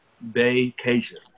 vacation